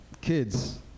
Kids